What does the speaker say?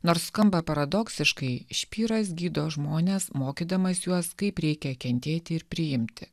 nors skamba paradoksiškai špyras gydo žmones mokydamas juos kaip reikia kentėti ir priimti